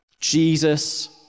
Jesus